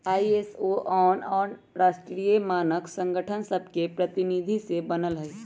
ISO आन आन राष्ट्रीय मानक संगठन सभके प्रतिनिधि से बनल हइ